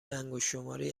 انگشتشماری